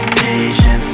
patience